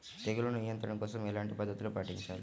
తెగులు నియంత్రణ కోసం ఎలాంటి పద్ధతులు పాటించాలి?